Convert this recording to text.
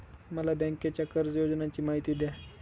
मला बँकेच्या कर्ज योजनांची माहिती द्या